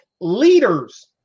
leaders